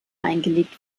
eingelegt